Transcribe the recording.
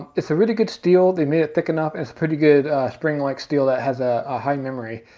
it's a really good steel. they made it thick enough. it's pretty good spring-like steel that has ah a high memory.